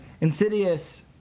insidious